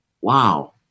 wow